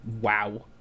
wow